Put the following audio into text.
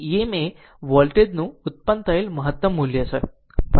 Em એ વોલ્ટેજનું ઉત્પન્ન થયેલ મહત્તમ મૂલ્ય છે બરાબર